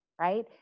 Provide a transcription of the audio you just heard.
right